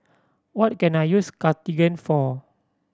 what can I use Cartigain for